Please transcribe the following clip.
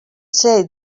say